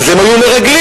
אז הם היו מרגלים.